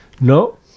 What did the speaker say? no